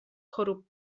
chorób